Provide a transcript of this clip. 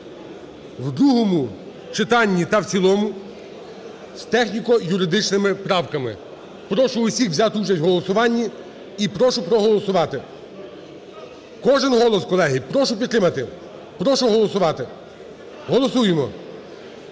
у другому читанні та в цілому з техніко-юридичними правками. Прошу всіх взяти участь у голосуванні і прошу проголосувати. Кожен голос, колеги, прошу підтримати і прошу голосувати. Голосуємо.